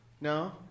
No